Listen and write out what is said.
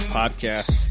podcast